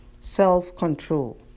self-control